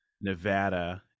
Nevada